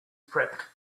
prepped